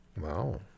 Wow